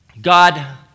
God